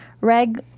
reg